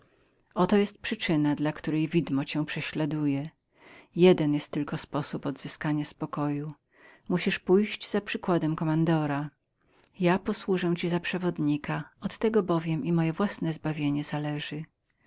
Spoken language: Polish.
oto jest przyczyna dla której widmo cię prześladowało jeden jest tylko sposób powrócenia ci spokojności musisz pójść za przykładem kommandora ja posłużę ci za przewodnika od tego bowiem i moje własne zbawienie zależy